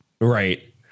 right